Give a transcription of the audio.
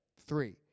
three